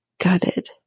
gutted